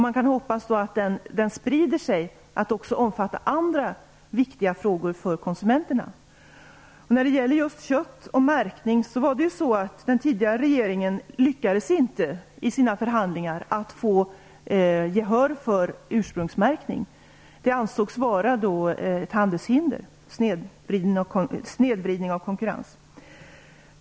Man kan hoppas att det sprider sig så att den omfattar även andra frågor som är viktiga för konsumenterna. När det gäller kött och märkning lyckades inte den förra regeringen få gehör för ursprungsmärkning. Det ansågs vara ett handelshinder och snedvridning av konkurrens.